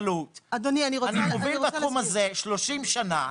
אני מוביל את התחום הזה מזה 30 שנה,